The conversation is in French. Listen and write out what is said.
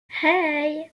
hey